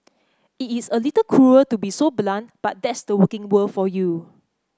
it's a little cruel to be so blunt but that's the working world for you